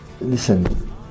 Listen